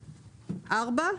(4)